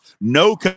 no